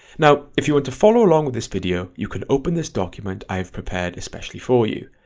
now if you want to follow along with this video you can open this document i've prepared especially for you,